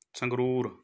Sangrur